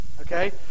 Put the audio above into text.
Okay